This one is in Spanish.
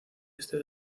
este